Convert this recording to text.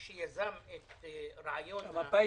שיזם את רעיון ההקפאה,